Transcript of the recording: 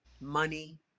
money